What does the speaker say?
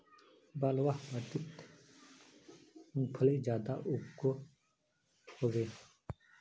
बलवाह माटित मूंगफली ज्यादा उगो होबे?